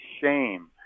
shame